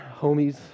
homies